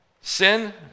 sin